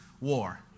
War